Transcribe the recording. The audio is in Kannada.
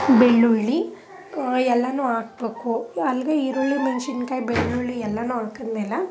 ಬೆಳ್ಳುಳ್ಳಿ ಎಲ್ಲನೂ ಹಾಕ್ಬೇಕು ಅಲ್ಲಿಗೆ ಈರುಳ್ಳಿ ಮೆಣಸಿನ್ಕಾಯಿ ಬೆಳ್ಳುಳ್ಳಿ ಎಲ್ಲನೂ ಹಾಕಿದ್ಮೇಲೆ